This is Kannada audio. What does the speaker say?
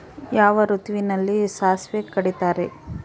ಯಾವ ಋತುವಿನಲ್ಲಿ ಸಾಸಿವೆ ಕಡಿತಾರೆ?